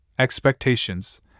expectations